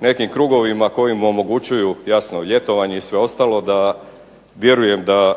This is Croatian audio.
nekim krugovima koji mu omogućuju jasno ljetovanje i sve ostalo da vjerujem da,